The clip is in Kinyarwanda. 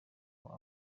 kuko